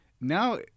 now